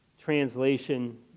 translation